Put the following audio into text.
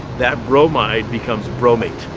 that bromide becomes bromate.